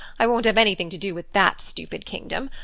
i won't have anything to do with that stupid kingdom.